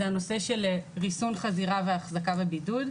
הנושא של ריסון חזירה והחזקה בבידוד,